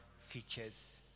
features